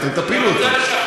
ואתם תפילו אותו.